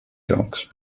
dogs